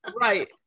Right